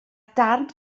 darn